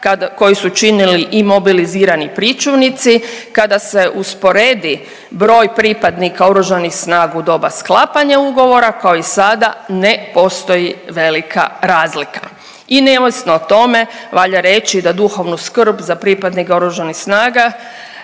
koji su činili i mobilizirani pričuvnici, kada se usporedi broj pripadnika Oružanih snaga u doba sklapanja ugovora, kao i sada, ne postoji velika razlika. I neovisno o tome valja reći da duhovnu skrb za pripadnike Oružanih snaga